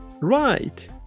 Right